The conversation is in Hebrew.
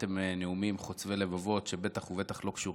חוצבי להבות שבטח ובטח לא קשורים למינוי